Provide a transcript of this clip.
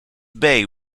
bay